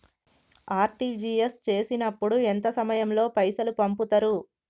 RTGS చేసినప్పుడు ఎంత సమయం లో పైసలు పంపుతరు?